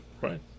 Right